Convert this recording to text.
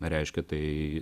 reiškia tai